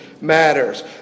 matters